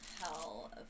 hell